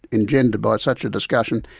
engendered by such a discussion,